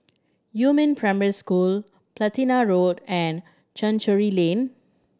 Yumin Primary School Platina Road and Chancery Lane